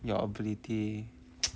your ability